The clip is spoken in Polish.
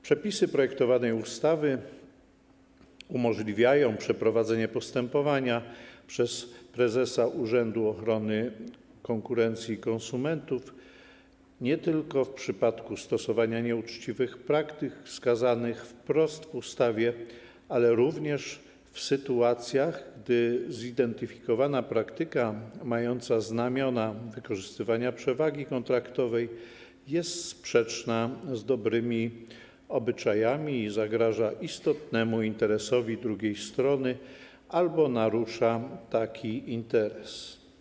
Przepisy projektowanej ustawy umożliwiają przeprowadzenie postępowania przez prezesa Urzędu Ochrony Konkurencji i Konsumentów nie tylko w przypadku stosowania nieuczciwych praktyk wskazanych wprost w ustawie, ale również w sytuacjach, gdy zidentyfikowana praktyka mająca znamiona wykorzystywania przewagi kontraktowej jest sprzeczna z dobrymi obyczajami i zagraża istotnemu interesowi drugiej strony albo narusza taki interes.